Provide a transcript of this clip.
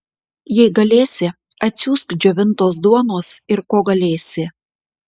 jei galėsi atsiųsk džiovintos duonos ir ko galėsi